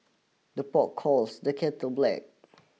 the pot calls the kettle black